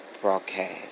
broadcast